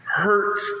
Hurt